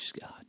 God